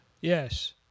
Yes